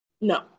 No